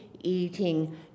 eating